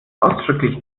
ausdrücklich